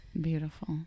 Beautiful